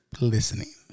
listening